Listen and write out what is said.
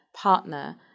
partner